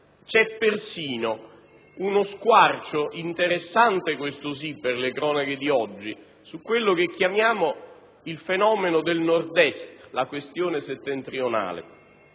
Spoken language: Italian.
C'è persino uno squarcio interessante - questo sì, per le cronache di oggi - su quello che chiamiamo il fenomeno del Nord-Est, la cosiddetta questione settentrionale.